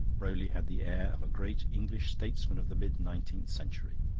rowley had the air of a great english statesman of the mid-nineteenth century.